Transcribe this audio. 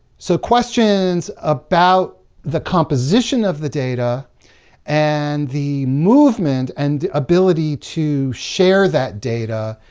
so, questions about the composition of the data and the movement and ability to share that data,